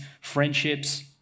friendships